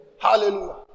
Hallelujah